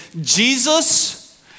Jesus